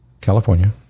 California